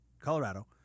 Colorado